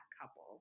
couple